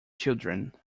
children